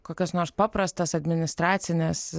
kokias nors paprastas administracines